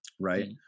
right